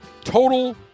total